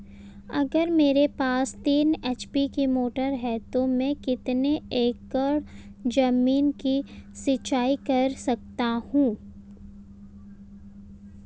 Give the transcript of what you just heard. अगर मेरे पास तीन एच.पी की मोटर है तो मैं कितने एकड़ ज़मीन की सिंचाई कर सकता हूँ?